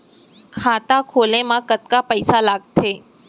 खाता खोले मा कतका पइसा लागथे?